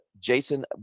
jason